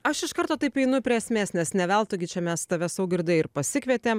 aš iš karto taip einu prie esmės nes ne veltui gi čia mes tave saugirdai ir pasikvietėm